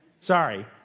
Sorry